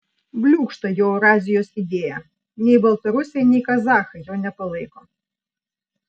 bliūkšta jo eurazijos idėja nei baltarusiai nei kazachai jo nepalaiko